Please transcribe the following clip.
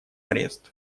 арест